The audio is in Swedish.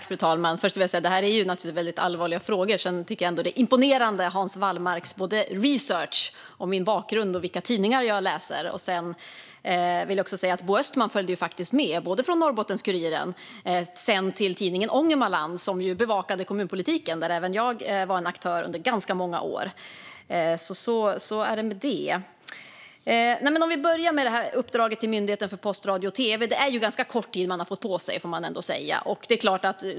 Fru talman! Det här är naturligtvis väldigt allvarliga frågor. Men jag tycker att Hans Wallmarks research om min bakgrund och vilka tidningar jag läser är imponerande. Jag vill också säga att Bo Östman faktiskt följde med från Norrbottens-Kuriren till Tidningen Ångermanland, som bevakade kommunpolitiken, där även jag var en aktör under ganska många år. Myndigheten för press, radio och tv har fått ganska kort tid på sig för sitt uppdrag, får man ändå säga.